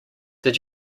did